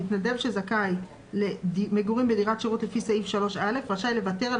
4. מתנדב שזכאי למגורים בדירת שירות לפי סעיף 3(א) רשאי לוותר על